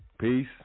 Peace